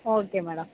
okay madam